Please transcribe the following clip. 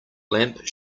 lamp